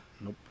Nope